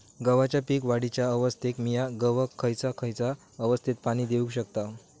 गव्हाच्या पीक वाढीच्या अवस्थेत मिया गव्हाक खैयचा खैयचा अवस्थेत पाणी देउक शकताव?